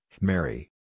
Mary